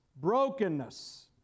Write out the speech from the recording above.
brokenness